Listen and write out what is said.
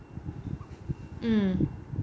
mm